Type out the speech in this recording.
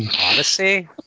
Odyssey